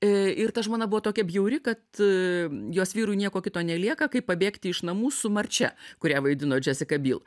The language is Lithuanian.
ir ta žmona buvo tokia bjauri kad jos vyrui nieko kito nelieka kaip pabėgti iš namų su marčia kurią vaidino džesika byl